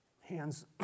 hands